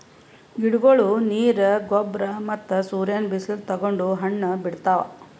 ಗಿಡಗೊಳ್ ನೀರ್, ಗೊಬ್ಬರ್ ಮತ್ತ್ ಸೂರ್ಯನ್ ಬಿಸಿಲ್ ತಗೊಂಡ್ ಹಣ್ಣ್ ಬಿಡ್ತಾವ್